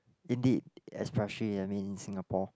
indeed especially I mean Singapore